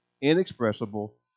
inexpressible